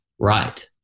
right